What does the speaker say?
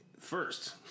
first